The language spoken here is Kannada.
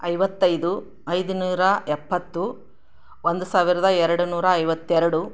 ಐವತ್ತೈದು ಐದು ನೂರ ಎಪ್ಪತ್ತು ಒಂದು ಸಾವಿರದ ಎರಡು ನೂರ ಐವತ್ತೆರಡು